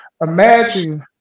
Imagine